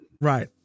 right